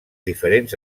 diferents